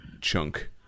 chunk